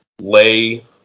Lay